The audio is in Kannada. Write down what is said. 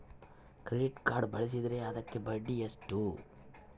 ಕ್ರೆಡಿಟ್ ಕಾರ್ಡ್ ಬಳಸಿದ್ರೇ ಅದಕ್ಕ ಬಡ್ಡಿ ಎಷ್ಟು?